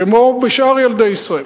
כמו בשאר ילדי ישראל.